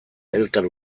elkar